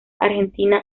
argentina